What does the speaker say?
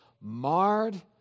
marred